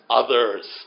others